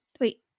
wait